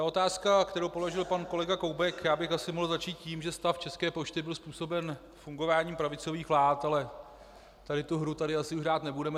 Otázka, kterou položil pan kolega Koubek asi bych mohl začít tím, že stav České pošty byl způsoben fungováním pravicových vlád, ale tady tu hru asi už hrát nebudeme.